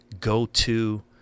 go-to